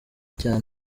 cyane